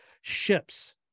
ships